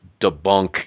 debunk